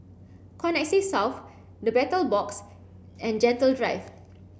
Connexis South The Battle Box and Gentle Drive